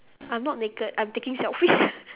I'm not naked I'm taking selfies